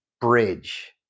bridge